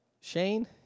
Shane